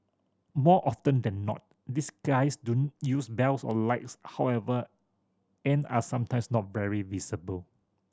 more often than not these guys don't use bells or lights however and are sometimes not very visible